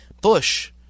Bush